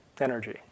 energy